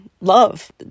love